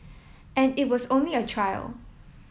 and it was only a trial